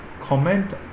comment